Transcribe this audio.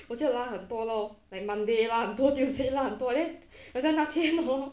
我记得拉很多 lor like monday 拉很多 tuesday 拉很多 then 好像那天 hor